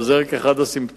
אבל זה רק אחד הסימפטומים.